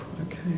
okay